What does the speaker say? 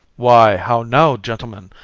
why, how now, gentleman!